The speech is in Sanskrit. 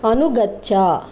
अनुगच्छ